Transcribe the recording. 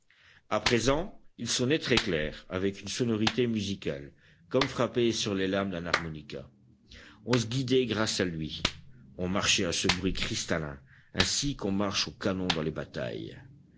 a présent il sonnait très clair avec une sonorité musicale comme frappé sur les lames d'un harmonica on se guidait grâce à lui on marchait à ce bruit cristallin ainsi qu'on marche au canon dans les batailles